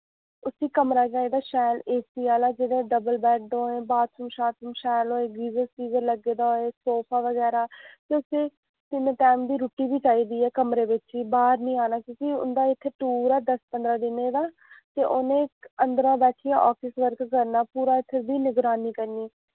उसी कमरा चाहिदा शैल एसी आह्ला जेह्ड़ा डबल बैड होए बाथरूम शाथरूम शैल होए गीजर शीजर लग्गे दा होए सोफा बगैरा ते तिन टैम दी रुट्टी बी चाहिदी ऐ कमरे बिच ही बाह्र नि आना क्यूंकि उं'दा इत्थै टूर ऐ दस पंदरा दिनें दा ते उ'नें अंदरा बैठियै आफिस वर्क करना पूरा निगरानी करनी